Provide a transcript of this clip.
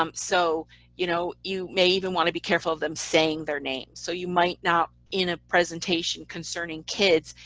um so you know you may even want to be careful of them saying their names so you might not in a presentation concerning kids,